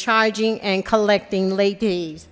charging and collecting ladies